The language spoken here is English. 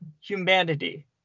humanity